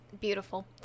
Beautiful